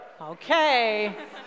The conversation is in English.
Okay